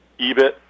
EBIT